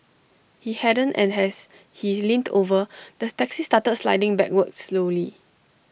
he hadn't and as he leaned over the taxi started sliding backwards slowly